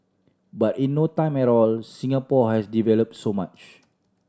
but in no time at all Singapore has develop so much